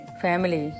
family